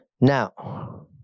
Now